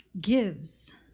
gives